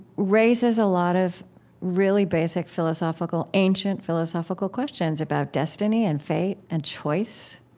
raises a lot of really basic philosophical, ancient philosophical questions about destiny and fate and choice.